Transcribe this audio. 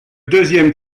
deuxième